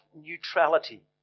neutrality